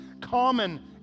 common